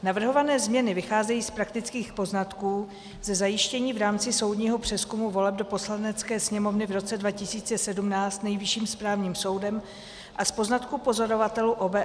Navrhované změny vycházejí z praktických poznatků, ze zjištění v rámci soudního přezkumu voleb do Poslanecké sněmovny v roce 2017 Nejvyšším správním soudem a z poznatků pozorovatelů OBSE.